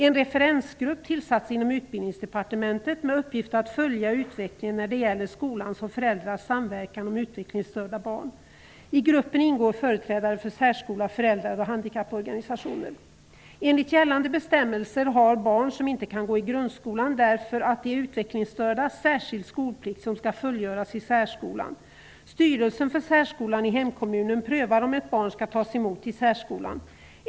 En referensgrupp tillsattes inom Utbildningsdepartementet med uppgift att följa utvecklingen när det gäller skolans och föräldrars samverkan om utvecklingsstörda barn. I gruppen ingår företrädare för särskola, föräldrar och handikapporganisationer. Enligt gällande bestämmelser har barn som inte kan gå i grundskolan på grund av att de är utvecklingsstörda särskild skolplikt som skall fullgöras i särskolan. Styrelsen för särskolan i hemkommunen prövar om ett barn skall tas emot i särskolan.